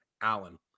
Allen